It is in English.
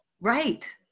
Right